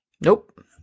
Nope